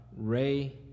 Ray